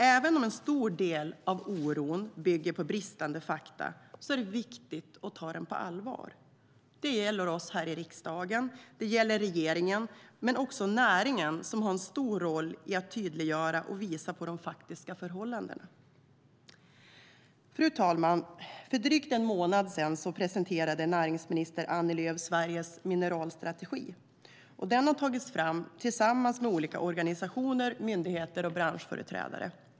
Även om en stor del av oron bygger på bristande fakta är det viktigt att ta den på allvar. Det gäller oss här i riksdagen, och det gäller regeringen men också näringen, som har en stor roll i att tydliggöra och visa på de faktiska förhållandena. Fru talman! För en dryg månad sedan presenterade näringsminister Annie Lööf Sveriges mineralstrategi. Den har tagits fram tillsammans med olika organisationer, myndigheter och branschföreträdare.